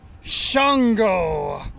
Shango